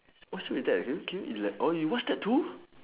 what show is that can you can you ela~ orh you watched that too